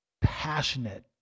passionate